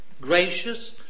gracious